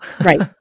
right